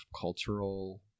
cultural